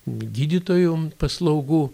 gydytojų paslaugų